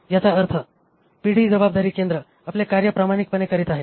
याचा अर्थ पिढी जबाबदारी केंद्र आपले कार्य प्रामाणिकपणे करीत आहे